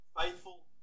faithful